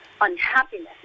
unhappiness